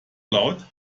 laut